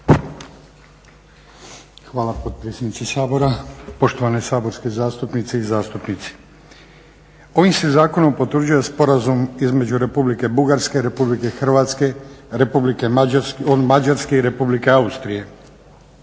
Hvala potpredsjednice Sabora. Poštovane saborske zastupnice i zastupnici. Ovim se zakonom potvrđuje sporazum između Republike Bugarske, Republike Hrvatske, Republike Mađarske i Republike Austrije